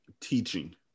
teaching